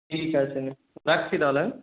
ঠিক আছে নে রাখছি তাহলে হ্যাঁ